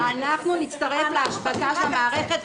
אנחנו נצטרף להשבתה של המערכת,